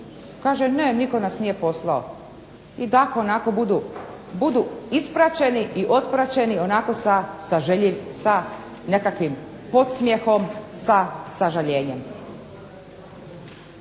kaže, ne nitko nas nije poslao. I tako onako budu ispraćeni i otpraćeni onako sa nekakvim podsmjehom sa sažaljenjem.